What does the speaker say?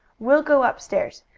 we'll go upstairs.